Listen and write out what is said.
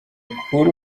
kuri